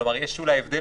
כלומר, יש אולי הבדל